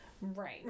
Right